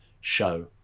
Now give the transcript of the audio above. show